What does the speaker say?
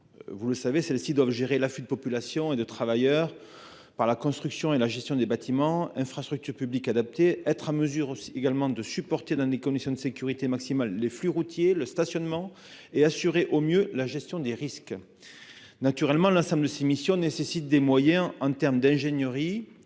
leur centrale. Celles-ci doivent gérer l'afflux de population et de travailleurs par la construction et la gestion de bâtiments et infrastructures publiques adaptés, être en mesure de supporter dans des conditions de sécurité maximale les flux routiers, le stationnement, et assurer au mieux la gestion des risques. L'ensemble de ces missions nécessite des moyens en termes d'ingénierie,